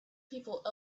people